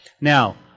Now